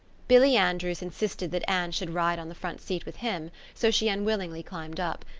billy andrews insisted that anne should ride on the front seat with him, so she unwillingly climbed up.